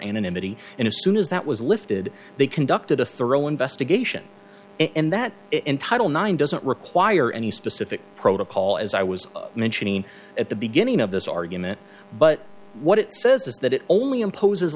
anonymity and as soon as that was lifted they conducted a thorough investigation and that in title nine doesn't require any specific protocol as i was mentioning at the beginning of this argument but what it says is that it only imposes